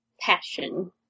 passion